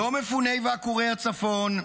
לא מפוני ועקורי הצפון,